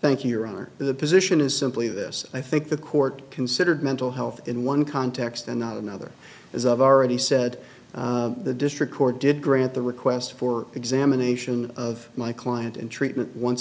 thank you your honor the position is simply this i think the court considered mental health in one context and not another as i've already said the district court did grant the request for examination of my client in treatment once